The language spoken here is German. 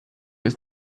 ist